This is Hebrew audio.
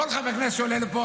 כל חבר כנסת שעולה לפה,